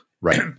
Right